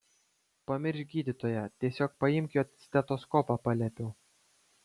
pamiršk gydytoją tiesiog paimk jo stetoskopą paliepiau